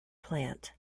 plant